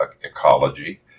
ecology